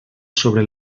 sobre